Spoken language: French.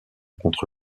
contre